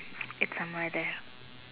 it's a murder